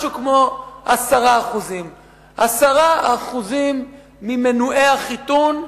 משהו כמו 10%. 10% ממנועי החיתון,